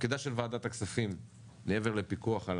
תפקידה של ועדת הכספים מעבר לפיקוח על